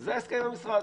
זה ההסכם עם המשרד.